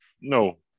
No